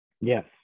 Yes